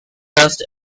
dust